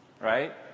Right